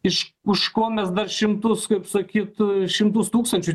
iš už ko mes dar šimtus kaip sakyt šimtus tūkstančių